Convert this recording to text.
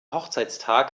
hochzeitstag